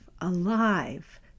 alive